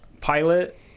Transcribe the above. pilot